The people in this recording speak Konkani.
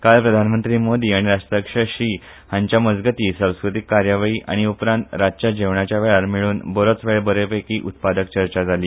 काल प्रधानमंत्री मोदी आनी राष्ट्राध्यक्ष शी हांच्या मजगती संस्कृतीक कार्यावळी आनी उपरांत रातच्या जेवणाच्या वेळार मेळून बरोच वेळ बरेपैकी उत्पादक चर्चा जाली